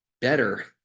better